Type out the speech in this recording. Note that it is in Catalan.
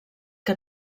que